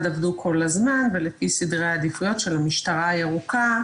עבדו כל הזמן וזה מתבצע לפי סדרי העדיפויות של המשטרה הירוקה.